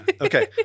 Okay